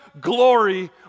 glory